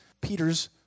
Peter's